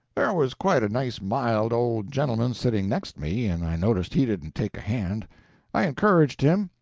there was quite a nice mild old gentleman sitting next me, and i noticed he didn't take a hand i encouraged him,